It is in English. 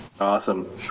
Awesome